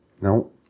No